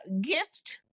gift